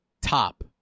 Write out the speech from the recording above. top